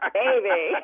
baby